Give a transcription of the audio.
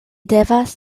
devas